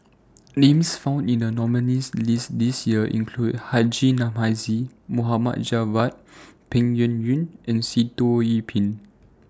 Names found in The nominees' list This Year include Haji Namazie Mohd Javad Peng Yuyun and Sitoh Yih Pin